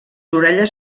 orelles